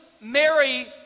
Mary